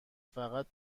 فقط